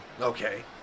Okay